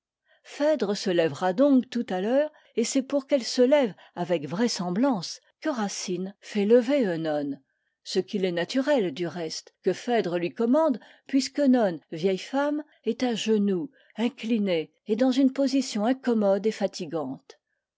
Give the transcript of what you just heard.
phèdre se lèvera donc tout à l'heure et c'est pour qu'elle se lève avec vraisemblance que racine fait lever œnone ce qu'il est naturel du reste que phèdre lui commande puisqu'œnone vieille femme est à genoux inclinée et dans une position incommode et fatigante